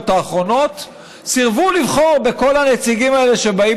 האחרונות סירבו לבחור בכל הנציגים האלה שבאים